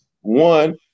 One